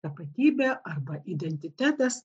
tapatybė arba identitetas